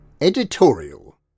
Editorial